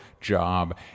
job